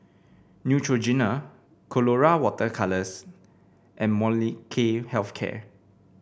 Neutrogena Colora Water Colours and Molnylcke Health Care